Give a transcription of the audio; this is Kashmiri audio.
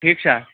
ٹھیٖک چھےٚ